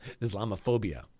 Islamophobia